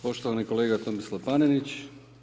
Poštovani kolega Tomislav Paninić.